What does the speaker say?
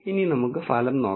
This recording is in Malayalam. ഇനി നമുക്ക് ഫലം നോക്കാം